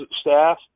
staff